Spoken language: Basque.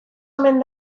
omen